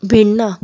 भिन्नां